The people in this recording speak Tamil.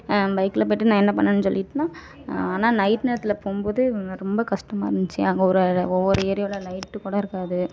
பைக்கில் போய்ட்டு நான் என்ன பண்ணன்னு சொல்லிட்டேனா ஆனால் நைட் நேரத்தில் போகும்போது நமக்கு ரொம்ப கஷ்டமாக இருந்துச்சு அங்கே ஒரு ஒரு ஒவ்வொரு ஏரியாவில் லைட் கூட இருக்காது